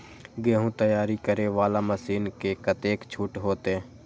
गेहूं तैयारी करे वाला मशीन में कतेक छूट होते?